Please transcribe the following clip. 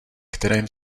kterém